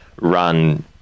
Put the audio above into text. run